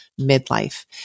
midlife